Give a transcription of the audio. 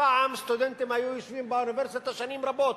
פעם סטודנטים היו יושבים באוניברסיטה שנים רבות.